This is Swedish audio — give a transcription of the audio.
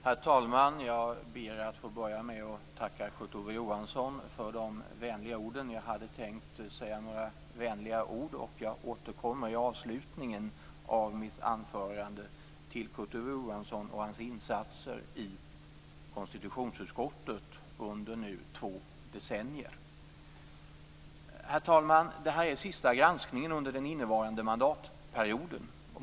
Herr talman! Jag ber att få börja med att tacka Kurt Ove Johansson för de vänliga orden. Jag hade själv tänkt säga några vänliga ord och återkommer i avslutningen av mitt anförande till Kurt Ove Johansson och hans insatser i konstitutionsutskottet under nu två decennier. Herr talman! Det här är sista granskningen under den innevarande mandatperioden.